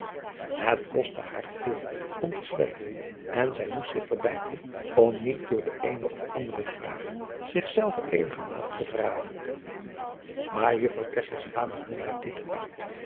et kostte haar veel om te zwijgen en zij moest zich verbijten om niet door de eene of andere vraag zich zelve eenigermate te verraden aar uffrouw won haar dit uit